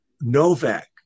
Novak